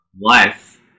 life